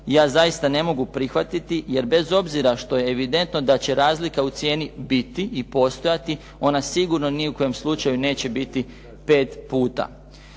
ja zaista ne mogu prihvatiti, jer bez obzira što je evidentno da će razlika u cijeni biti i postojati ona sigurno ni u kojem slučaju neće biti 5 puta.